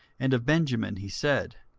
and of benjamin he said,